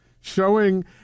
showing